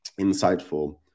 insightful